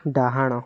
ଡାହାଣ